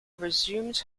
resumed